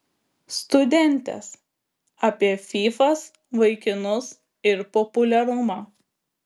studentės apie fyfas vaikinus ir populiarumą